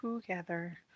Together